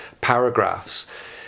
paragraphs